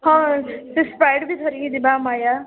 ହଁ ସେ ସ୍ପ୍ରାଇଟ୍ ବି ଧରିକି ଯିବା ମାୟା